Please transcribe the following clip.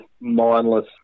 mindless